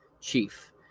Chief